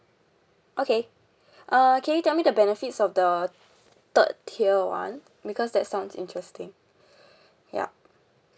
okay uh can you tell me the benefits of the third tier [one] because that sounds interesting yup